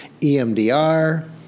EMDR